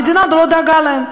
המדינה לא דאגה להם.